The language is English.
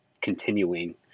continuing